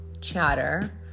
chatter